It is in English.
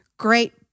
great